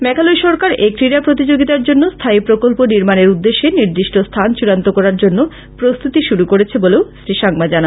মেঘালয় সরকার এই ক্রীড়া প্রতিযোগিতার জন্য স্থায়ী প্রকল্প নির্মানের উদ্দেশ্যে নির্দিষ্ট স্থান চড়ান্ত করার জন্য প্রস্তুতি শুরু করেছে বলেও শ্রী সাংমা জানান